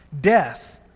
death